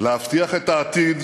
להבטיח את העתיד,